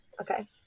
Okay